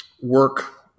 work